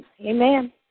Amen